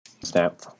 Snap